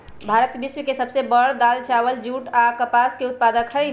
भारत विश्व के सब से बड़ दाल, चावल, दूध, जुट आ कपास के उत्पादक हई